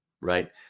right